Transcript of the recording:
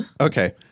Okay